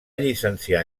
llicenciar